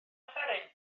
offeryn